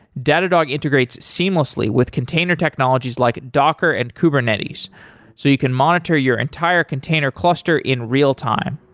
datadog integrates seamlessly with container technologies like docker and kubernetes so you can monitor your entire container cluster in real-time.